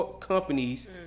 companies